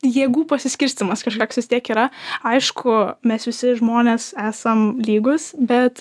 jėgų pasiskirstymas kažkoks vis tiek yra aišku mes visi žmonės esam lygūs bet